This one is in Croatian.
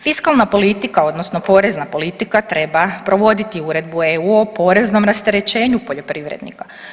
Fiskalna politika odnosno porezna politika treba provoditi uredbu EU o poreznom rasterećenju poljoprivrednika.